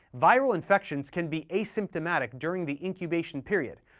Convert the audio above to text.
viral infections can be asymptomatic during the incubation period,